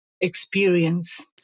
experience